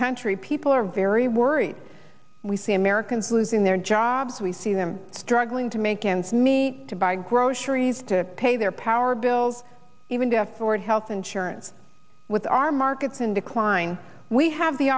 country people are very worried we see americans losing their jobs we see them struggling to make ends meet to buy groceries to pay their power bills even death or health insurance with our markets in decline we have the